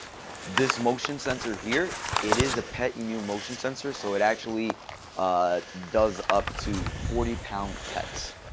this motion sensor here, it is a pet-immune motion sensor. so it actually does up to forty pound pets.